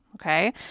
Okay